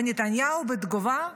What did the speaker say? ונתניהו בתגובה: